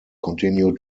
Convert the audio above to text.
continue